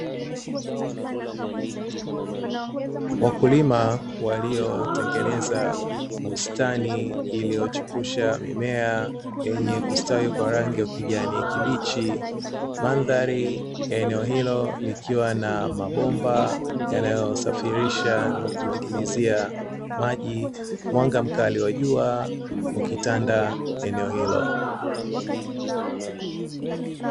Wakulima walio tengeneza bustani iliyo chepusha mimea yenye kustawi kwa rangi ya kijani kibichi, Mandhari ya eneo hilo likiwa na mabomba yanayo safirisha na kumwagilizia maji, mwanga mkali wa jua umetanda eneo hilo.